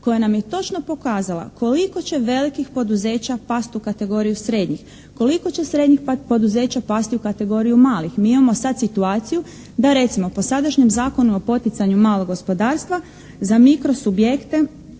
koja nam je točno pokazala koliko će velikih poduzeća pasti u kategoriju srednjih, koliko će srednjih poduzeća pasti u kategoriju malih. Mi imamo sada situaciju da recimo po sadašnjem Zakonu o poticanju malog gospodarstva za mikro subjekte